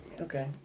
Okay